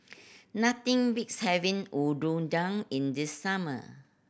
nothing beats having in the summer